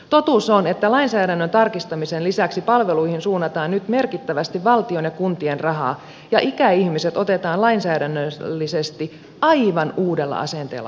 totuus on että lainsäädännön tarkistamisen lisäksi palveluihin suunnataan nyt merkittävästi valtion ja kuntien rahaa ja ikäihmiset otetaan lainsäädännöllisesti aivan uudella asenteella huomioon